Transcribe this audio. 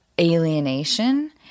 alienation